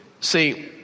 See